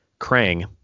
Krang